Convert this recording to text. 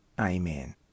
Amen